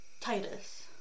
Titus